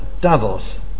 Davos